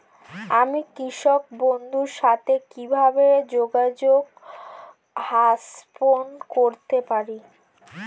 আমি কৃষক বন্ধুর সাথে কিভাবে যোগাযোগ স্থাপন করতে পারি?